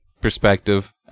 perspective